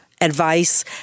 advice